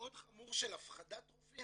מאוד חמור של הפחדת רופאים.